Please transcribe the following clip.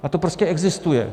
A to prostě existuje.